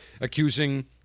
accusing